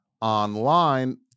online